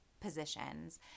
positions